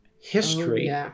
history